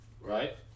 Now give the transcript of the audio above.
Right